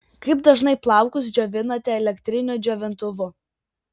kaip dažnai plaukus džiovinate elektriniu džiovintuvu